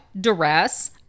duress